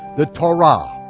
the torah.